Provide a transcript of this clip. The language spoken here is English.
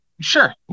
Sure